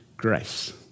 Grace